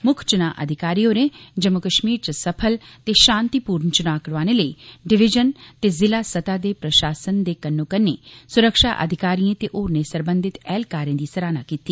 मुक्ख चुना अधिकारी होरें जम्मू कश्मीर च सफल ते शांतिपूर्ण चुना करोआने लेई डिविजन दे जिला सतह दे प्रशासन दे कन्नोकन्नी सुरक्षा अधिकारिए ते होरनें सरबंधित एहलकारें दी सराहना कीती